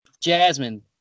Jasmine